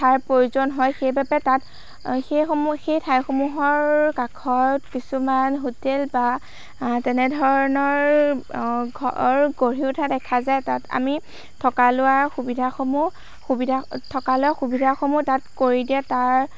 ঠাইৰ প্ৰয়োজন হয় সেইবাবে তাত সেইসমূহ সেই ঠাইসমূহৰ কাষত কিছুমান হোটেল বা তেনেধৰণৰ ঘৰ গঢ়ি উঠা দেখা যায় তাত আমি থকা লোৱাৰ সুবিধাসমূহ সুবিধা থকা লোৱাৰ সুবিধাসমূহ তাত কৰি দিয়ে তাৰ